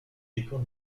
décore